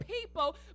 people